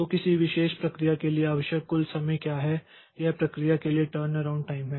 तो किसी विशेष प्रक्रिया के लिए आवश्यक कुल समय क्या है यह प्रक्रिया के लिए टर्नअराउंड टाइम है